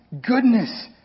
goodness